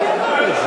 להצביע עוד הפעם?